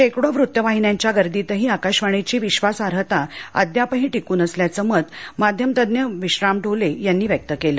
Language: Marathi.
शेकडो वृत्तवाहिन्यांच्या गर्दीतही आकाशवाणीची विश्वासार्हता अद्यापही टिकून असल्याचं मत माध्यम तज्ज्ञ विश्राम ढोले यांनी व्यक्त केलं